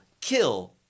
kill